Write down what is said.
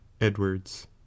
Edwards